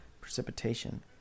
precipitation